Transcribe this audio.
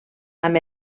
amb